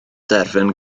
derfyn